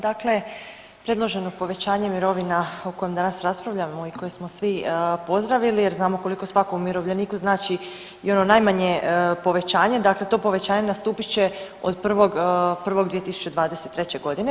Dakle, predloženo povećanje mirovina o kojem danas raspravljamo i koje smo svi pozdravili jer znamo koliko svakom umirovljeniku znači i ono najmanje povećanje, dakle to povećanje nastupit će od 1.1.2023. godine.